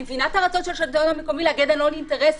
אני מבינה את הרצון של השלטון המקומי להגן על עוד אינטרסים,